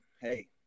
hey